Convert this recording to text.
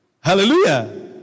Hallelujah